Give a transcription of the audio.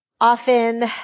often